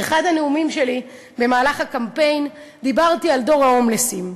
באחד מהנאומים שלי במהלך הקמפיין דיברתי על דור ההומלסים.